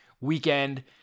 weekend